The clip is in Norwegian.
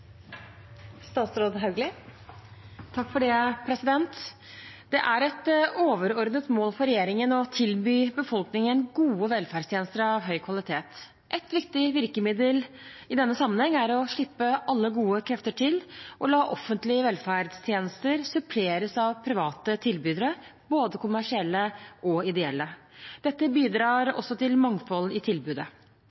et overordnet mål for regjeringen å tilby befolkningen gode velferdstjenester av høy kvalitet. Et viktig virkemiddel i denne sammenheng er å slippe alle gode krefter til og la offentlige velferdstjenester suppleres av private tilbydere, både kommersielle og ideelle. Dette bidrar